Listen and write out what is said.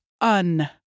un-